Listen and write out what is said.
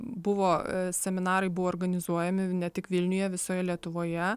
buvo seminarai buvo organizuojami ne tik vilniuje visoje lietuvoje